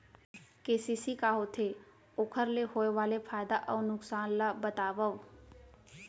KCC का होथे, ओखर ले होय वाले फायदा अऊ नुकसान ला बतावव?